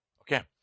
okay